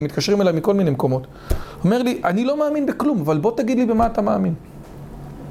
מתקשרים אליי מכל מיני מקומות, אומר לי אני לא מאמין בכלום אבל בוא תגיד לי במה אתה מאמין